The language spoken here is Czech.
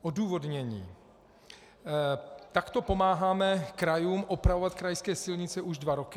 Odůvodnění: Takto pomáháme krajům opravovat krajské silnice už dva roky.